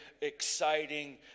exciting